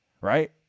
Right